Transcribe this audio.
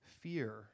fear